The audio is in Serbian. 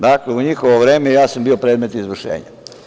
Dakle, u njihovo vreme ja sam bio predmet izvršenja.